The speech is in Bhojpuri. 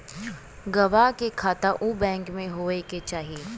गवाह के खाता उ बैंक में होए के चाही